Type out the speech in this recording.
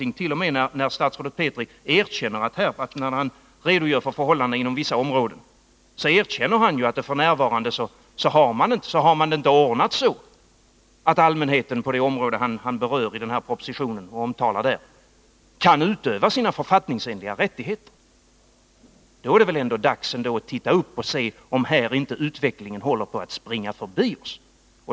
Och det säger | inte någonting ens när statsrådet Petri, i samband med att han redogör för Vissa kyrkliga | förhållandena inom vissa områden, erkänner att man f. n. inte har det ordnat frågor så att allmänheten kan utöva sina författningsenliga rättigheter på det område han berör i den här propositionen. Men då är det väl ändå dags att reagera och se om utvecklingen inte håller på att springa förbi oss på det här området.